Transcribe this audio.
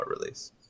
release